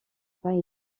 pas